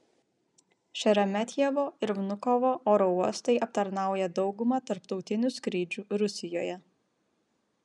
šeremetjevo ir vnukovo oro uostai aptarnauja daugumą tarptautinių skrydžių rusijoje